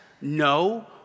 no